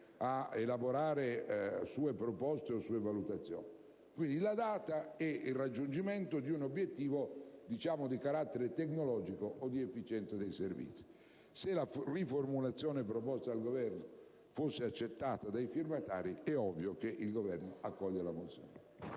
a elaborare sue proposte o sue valutazioni - e il raggiungimento di un obiettivo di carattere tecnologico o di efficienza dei servizi. Se la riformulazione proposta dal Governo fosse accettata dai firmatari, la mozione si intende ovviamente